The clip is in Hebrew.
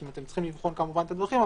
הם צריכים לבחון כמובן את הדברים,